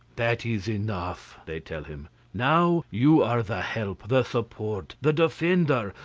that is enough, they tell him. now you are the help, the support, the defender,